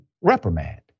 reprimand